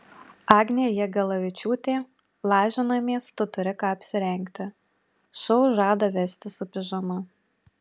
agnė jagelavičiūtė lažinamės tu turi ką apsirengti šou žada vesti su pižama